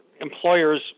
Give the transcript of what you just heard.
employers